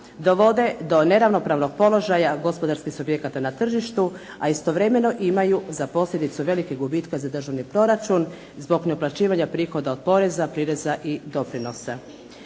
dovode do neravnopravnog položaja gospodarskih subjekata na tržištu, a istovremeno imaju za posljedicu velike gubitke za državni proračun zbog neuplaćivanja prihoda od poreza, prireza i doprinosa.